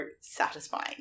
satisfying